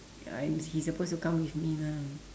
I'm he supposed to come with me lah